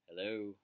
Hello